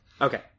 Okay